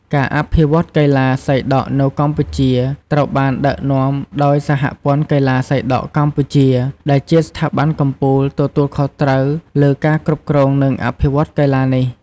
ការអភិវឌ្ឍកីឡាសីដក់នៅកម្ពុជាត្រូវបានដឹកនាំដោយ សហព័ន្ធកីឡាសីដក់កម្ពុជា ដែលជាស្ថាប័នកំពូលទទួលខុសត្រូវលើការគ្រប់គ្រង និងអភិវឌ្ឍកីឡានេះ។